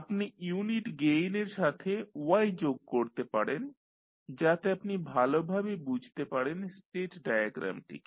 আপনি unit gain এর সাথে y যোগ করতে পারেন যাতে আপনি ভালভাবে বুঝতে পারেন স্টেট ডায়াগ্রামটিকে